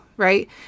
right